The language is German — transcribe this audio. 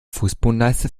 fußbodenleiste